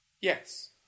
Yes